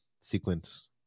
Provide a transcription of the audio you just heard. sequence